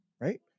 Right